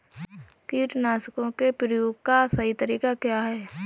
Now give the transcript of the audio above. कीटनाशकों के प्रयोग का सही तरीका क्या है?